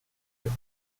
dire